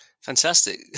Fantastic